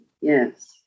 Yes